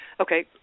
Okay